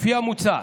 לפי המוצע,